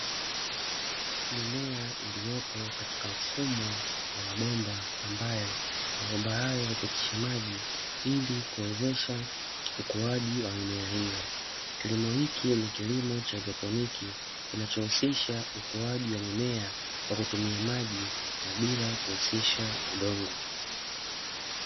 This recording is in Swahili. Mimea iliyopo katika mfumo wa mabomba ambayo mabomba hayo hupitisha maji ili kuwezesha ukuaji wa mimea hiyo, kilimo hichi ni kilimo cha haidroponi kinachohusisha ukuaji wa mimea kwa kutumia na bila kuhusisha udongo.